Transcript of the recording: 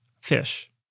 Fish